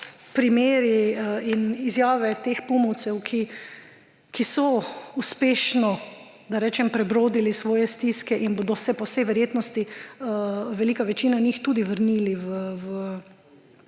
primeri in izjave teh Pumovcev, ki so uspešno, da rečem, prebrodili svoje stiske in bodo se po vsej verjetnosti, velika večina njih, tudi vrnili v